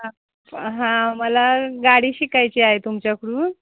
हां हां मला गाडी शिकायची आहे तुमच्याकडून